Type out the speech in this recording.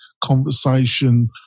conversation